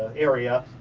area,